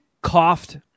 coughed